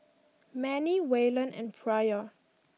Mannie Wayland and Pryor